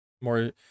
more